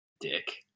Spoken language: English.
dick